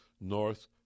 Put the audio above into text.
North